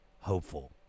hopeful